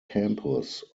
campus